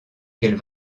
qu’elle